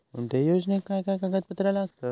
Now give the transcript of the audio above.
कोणत्याही योजनेक काय काय कागदपत्र लागतत?